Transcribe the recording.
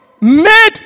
made